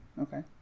okay